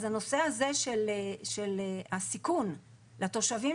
אז, הנושא הזה של הסיכון של תושבים